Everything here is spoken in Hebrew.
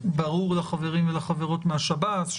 ברור לחברים ולחברות מהשב"ס,